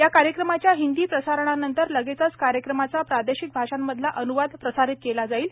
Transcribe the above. या कार्यक्रमाच्या हिंदी प्रसारणानंतर लगेचच कार्यक्रमाचा प्रादेशिक भाषांमधला अन्वाद प्रसारित केला जाईल